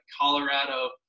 Colorado